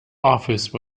office